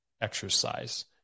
exercise